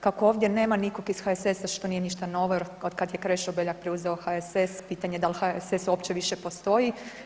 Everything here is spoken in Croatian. Kako ovdje nema nikog iz HSS-a, što nije ništa novo jer od kako je Krešo BEljak preuzeo HSS pitanje da li HSS uopće više postoji.